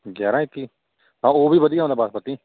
ਗਿਆਰਾਂ ਇੱਕੀ ਹਾਂ ਉਹ ਵੀ ਵਧੀਆ ਹੁੰਦਾ ਬਾਸਮਤੀ